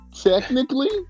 technically